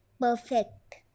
perfect